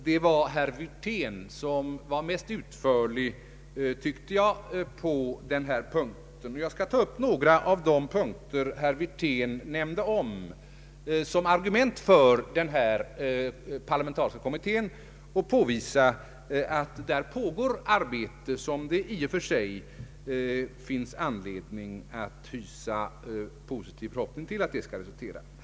Det var herr Wirtén som var mest utförlig på denna punkt. Jag skall ta upp några av de argument herr Wirtén anförde för den parlamentariska kommittén och påvisa att det i och för sig finns anledning hysa positiva förhoppningar om att det arbete som pågår skall ge resultat.